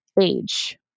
age